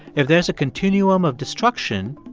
if there's a continuum of destruction,